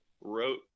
wrote